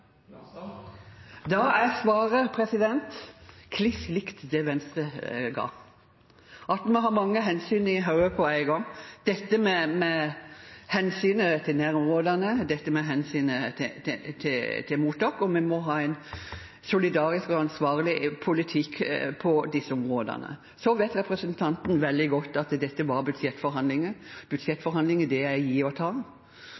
Da er svaret kliss likt det Venstre ga, at vi har mange hensyn i hodet på en gang, dette med hensynet til nærområdene og dette med hensynet til mottak. Vi må ha en solidarisk og ansvarlig politikk på disse områdene. Representanten vet veldig godt at dette var budsjettforhandlinger.